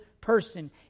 person